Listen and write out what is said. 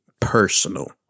personal